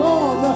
on